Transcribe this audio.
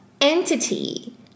entity